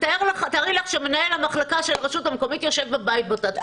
ותארי לך שמנהל המחלקה של רשות מקומית יושב בבית באותה תקופה.